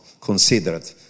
considered